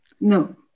No